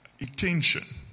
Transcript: attention